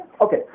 Okay